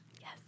Yes